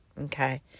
Okay